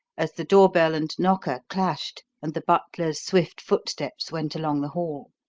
as the door-bell and knocker clashed and the butler's swift footsteps went along the hall.